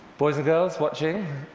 boys and girls watching,